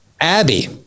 abby